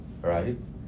Right